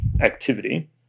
activity